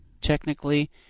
technically